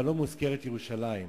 אבל לא מוזכרת ירושלים.